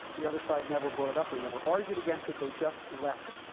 the other side never brought it up. they never argued against it. they just left it.